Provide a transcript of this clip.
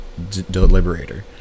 deliberator